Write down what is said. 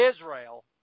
Israel